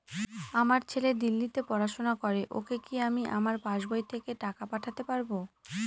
আমার ছেলে দিল্লীতে পড়াশোনা করে ওকে কি আমি আমার পাসবই থেকে টাকা পাঠাতে পারব?